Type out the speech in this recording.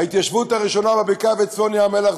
ההתיישבות הראשונה בבקעה ובצפון ים-המלח,